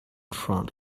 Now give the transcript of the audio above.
front